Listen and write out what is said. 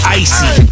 icy